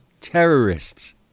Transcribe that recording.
terrorists